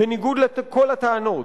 בניגוד לכל הטענות,